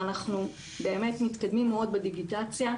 ואנחנו באמת מתקדמים מאוד בדיגיטציה,